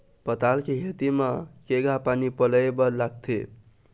पताल के खेती म केघा पानी पलोए बर लागथे?